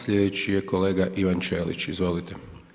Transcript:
Sljedeći je kolega Ivan Čelić, izvolite.